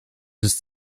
ist